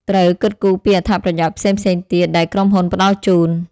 ត្រូវ គិតគូរពីអត្ថប្រយោជន៍ផ្សេងៗទៀត ដែលក្រុមហ៊ុនផ្តល់ជូន។